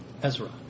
Ezra